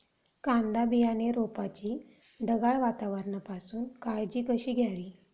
कांदा बियाणे रोपाची ढगाळ वातावरणापासून काळजी कशी घ्यावी?